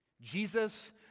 Jesus